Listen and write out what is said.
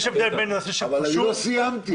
אבל אני לא סיימתי.